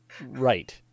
Right